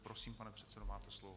Prosím, pane předsedo, máte slovo.